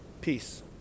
Peace